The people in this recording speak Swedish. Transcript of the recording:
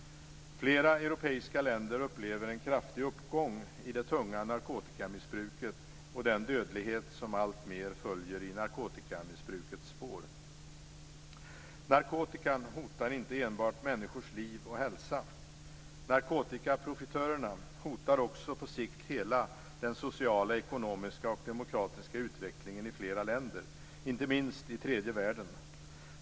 Flera europeiska länder upplever en kraftig uppgång av det tunga narkotikamissbruket och den dödlighet som alltmer följer i narkotikamissbrukets spår. Narkotikan hotar inte enbart människors liv och hälsa. Narkotikaprofitörerna hotar också på sikt hela den sociala, ekonomiska och demokratiska utvecklingen i flera länder. Inte minst gäller detta i tredje världen.